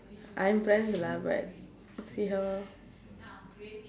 I have plans lah but see how lor